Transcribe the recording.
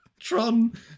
Tron